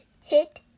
hit